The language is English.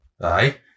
Aye